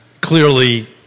clearly